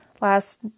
last